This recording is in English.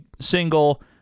single